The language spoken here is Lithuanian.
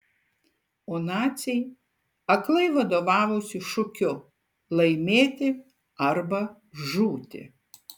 o naciai aklai vadovavosi šūkiu laimėti arba žūti